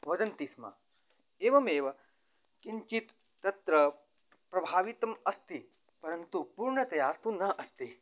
वदन्ति स्म एवमेव किञ्चित् तत्र प्रभावितम् अस्ति परन्तु पूर्णतया तु न अस्ति